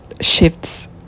shifts